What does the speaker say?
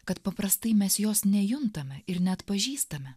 kad paprastai mes jos nejuntame ir neatpažįstame